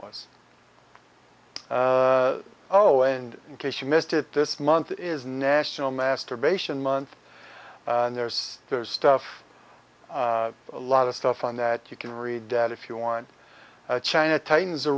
was oh and in case you missed it this month is national masturbation month and there's stuff a lot of stuff on that you can read that if you want china tightens